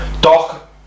Doc